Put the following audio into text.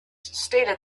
stated